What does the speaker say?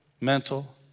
mental